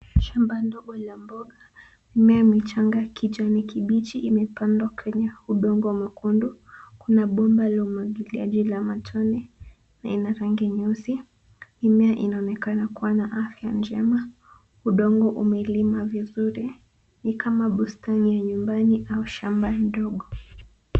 Shamba ndogo la mboga mimea michanga ya kijani kibichi imepandwa kwenye udongo mwekundu kuna bomba la umwagiliaji la matone, na ina rangi nyeusi, mimea inaonekana kuwa na afya njema, udongo umelimwa vizuri, ni kama bustani ya nyumbani au shamba ndogo.